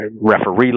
referee